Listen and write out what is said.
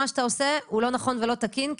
מה שאתה עושה לא נכון ולא תקין,